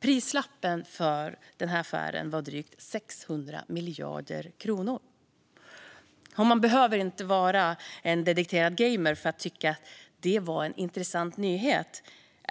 Prislappen för denna affär var drygt 600 miljarder kronor. Man behöver inte vara en dedikerad gejmer för att tycka att detta var en intressant nyhet.